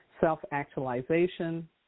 self-actualization